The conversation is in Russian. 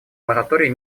мораторий